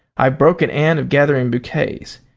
i've broken anne of gathering bouquets.